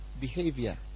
behavior